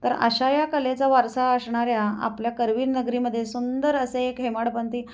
तर अशा या कलेचा वारसा असणाऱ्या आपल्या करवीर नगरीमध्ये सुंदर असे एक हेमाडपंती